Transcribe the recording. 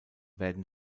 werden